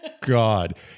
God